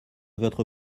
votre